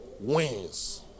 wins